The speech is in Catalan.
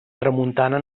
tramuntana